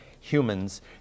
humans